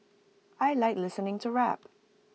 I Like listening to rap